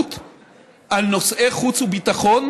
התגברות על נושאי חוץ וביטחון,